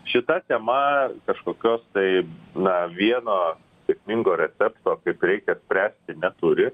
šita tema kažkokios tai na vieno sėkmingo recepto kaip reikia spręsti neturi